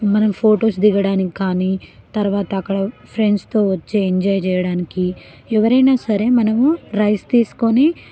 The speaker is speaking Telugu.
మనకి ఫొటోస్ దిగడానికి కానీ తరువాత అక్కడ ఫ్రెండ్స్తో వచ్చి ఎంజాయ్ చేయడానికి ఎవరైనాసరే మనము రైస్ తీసుకొని